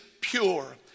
pure